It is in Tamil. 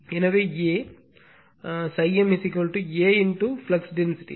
எனவே A ∅m A flux density